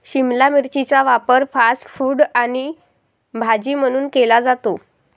शिमला मिरचीचा वापर fast food आणि भाजी म्हणून केला जातो